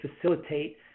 facilitate